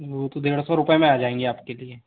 वो तो डेढ़ सौ रुपये में आ जाएँगे आपके लिए